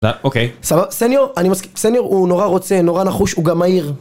אוקיי סבבה, סניור, אני מסכים סניור הוא נורא רוצה נורא נחוש הוא גם מהיר